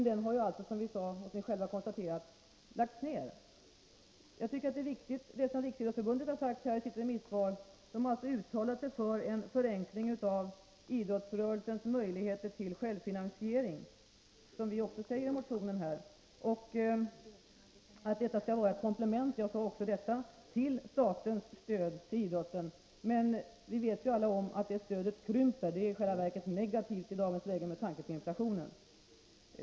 Den har som vi själva konstaterat lagts ned. Vad Riksidrottsförbundet säger i sitt remissvar är viktigt. Förbundet uttalade sig för en förenkling av idrottsrörelsens möjligheter till självfinansiering, vilket också vi kräver i motionen. Denna förenkling skall enligt Riksidrottsförbundet — jag sade även detta — ses såsom ett komplement till statens stöd till idrotten. Vi vet alla att detta stöd krymper. Det är i själva verket negativt i dagens läge med hänsyn till inflationen.